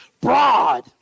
broad